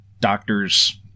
doctors